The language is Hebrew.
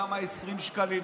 כמה 20 שקלים.